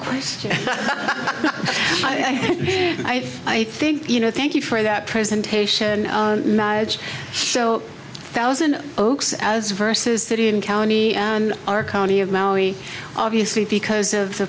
question i think you know thank you for that presentation marriage so thousand oaks as versus city and county and our county of maui obviously because of the